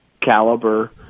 caliber